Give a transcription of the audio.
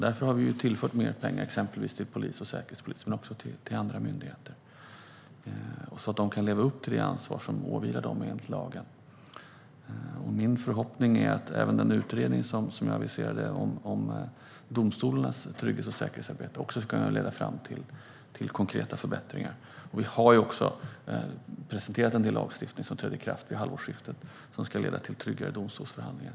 Därför har vi tillfört mer pengar exempelvis till polisen och Säkerhetspolisen, och även till andra myndigheter, så att de kan leva upp till det ansvar som åvilar dem enligt lagen. Min förhoppning är även att den utredning vi aviserade om domstolarnas trygghets och säkerhetsarbete ska kunna leda fram till konkreta förbättringar. Vi har också presenterat en del lagstiftning som träder i kraft vid halvårsskiftet och som ska leda till tryggare domstolsförhandlingar.